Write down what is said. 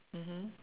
mmhmm